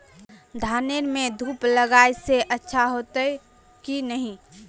धानेर में धूप लगाए से अच्छा होते की नहीं?